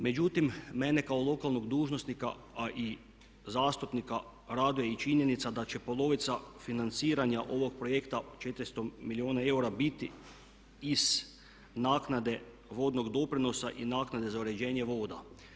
Međutim, mene kao lokalnog dužnosnika a i zastupnika raduje i činjenica da će polovica financiranja ovog projekta 400 milijuna eura biti iz naknade vodnog doprinosa i naknade za uređenje voda.